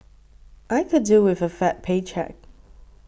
I could do with a fat paycheck